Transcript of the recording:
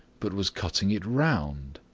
but was cutting it round.